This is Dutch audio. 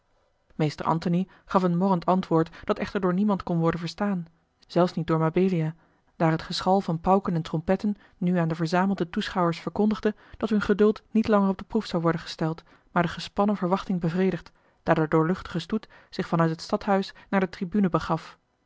meester antony gaf een morrend antwoord dat echter door niemand kon worden verstaan zelfs niet door mabelia daar het geschal van pauken en trompetten nu aan de verzamelde toeschouwers verkondigde dat hun geduld niet langer op de proef zou worden gesteld maar de gespannen verwachting bevredigd daar de doorluchtige stoet zich van uit het stadhuis naar de tribune begaf